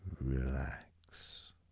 Relax